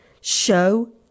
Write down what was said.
show